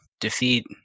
defeat